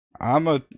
I'ma